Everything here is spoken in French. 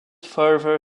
forever